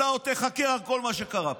אתה עוד תיחקר על כל מה שקרה פה,